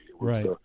Right